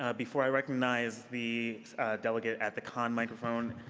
ah before i recognize the delegate at the con microphone,